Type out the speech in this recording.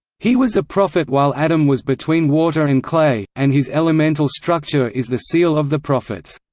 he was a prophet while adam was between water and clay, and his elemental structure is the seal of the prophets.